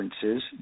differences